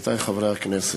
עמיתי חברי הכנסת,